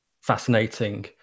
fascinating